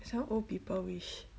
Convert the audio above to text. is how old people wish